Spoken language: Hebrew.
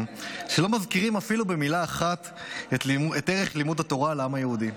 שלא מזכירים אפילו במילה אחת את ערך לימוד התורה לעם היהודי,